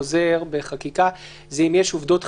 חוזר בחקיקה זה אם יש עובדות חדשות,